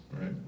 right